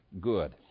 good